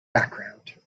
background